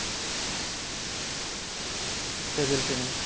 table tennis